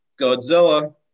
Godzilla